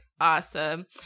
awesome